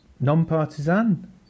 non-partisan